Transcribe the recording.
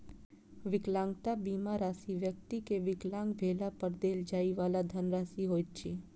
विकलांगता बीमा राशि व्यक्ति के विकलांग भेला पर देल जाइ वाला धनराशि होइत अछि